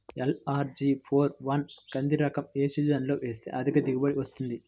LRG four one కంది రకం ఏ సీజన్లో వేస్తె అధిక దిగుబడి వస్తుంది?